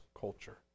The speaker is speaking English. culture